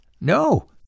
No